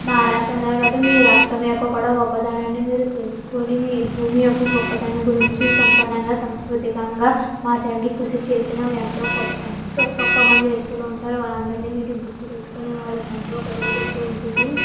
మా రాష్ట్రమే కదా మీ రాష్ట్రం యొక్క కూడా గొప్పదనాన్ని మీరు తెలుసుకుని మీ భూమి యొక్క గొప్పతనం గురించి సంపన్నంగా సంస్కృతికంగా మా తండ్రి కృషి చేసిన ఎంతో గొప్ప ఎంతో గొప్ప మంది వ్యక్తులు ఉంటారు వాళ్లందర్నీ మీరు గుర్తు పెట్టుకొని వాళ్ళకంటూ ఒక రోజంటూ ఉంటుంది